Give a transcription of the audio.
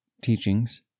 teachings